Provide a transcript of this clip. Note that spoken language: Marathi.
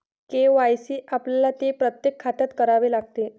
के.वाय.सी आपल्याला ते प्रत्येक खात्यात करावे लागते